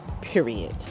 Period